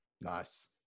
Nice